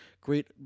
great